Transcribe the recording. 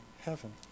heaven